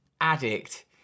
addict